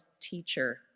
teacher